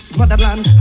motherland